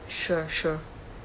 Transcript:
sure sure